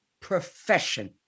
profession